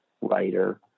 writer